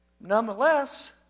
Nonetheless